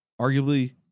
arguably